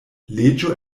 leĝo